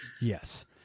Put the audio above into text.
Yes